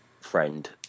friend